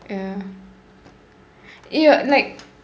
ya ya like